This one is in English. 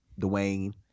Dwayne